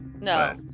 No